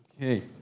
Okay